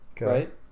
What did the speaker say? right